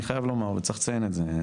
אני חייב לומר וצריך לציין את זה,